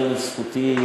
זאב,